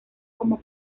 como